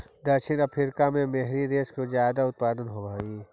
दक्षिण अफ्रीका में मोहरी रेशा के ज्यादा उत्पादन होवऽ हई